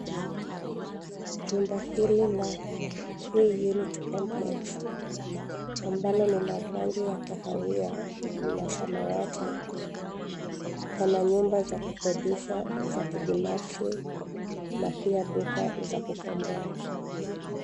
Jumba hili la three-unit complex ambalo ni la rangi ya kahawia, na samawati, pana nyumba za kukodisha, za kibinafsi, na pia duka za kukomboa.